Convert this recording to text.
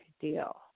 deal